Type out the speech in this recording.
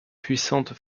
puissante